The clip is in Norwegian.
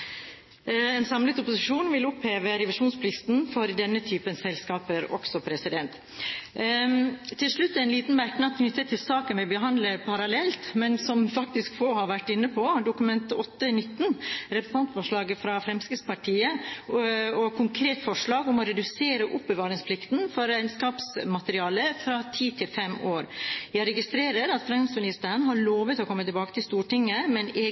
En samlet opposisjon vil oppheve revisjonsplikten for denne typen selskaper også. Til slutt en liten merknad knyttet til saken vi behandler parallelt, men som faktisk få har vært inne på, Dokument 8:19 S, representantforslaget fra Fremskrittspartiet og konkret forslag om å redusere oppbevaringsplikten for regnskapsmateriale fra ti til fem år. Jeg registrerer at finansministeren har lovet å komme tilbake til Stortinget